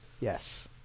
Yes